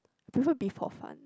prefer beef hor fun